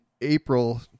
April